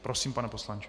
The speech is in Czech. Prosím, pane poslanče.